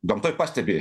gamtoj pastebi